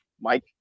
Mike